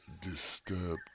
disturbed